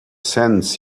sense